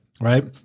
right